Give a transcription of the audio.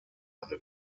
eine